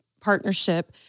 partnership